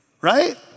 right